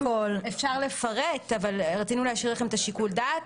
אפשר לפרט אבל רצינו להשאיר לכם את שיקול הדעת.